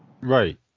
Right